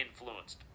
influenced